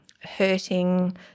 hurting